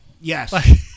Yes